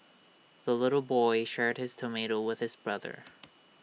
the little boy shared his tomato with his brother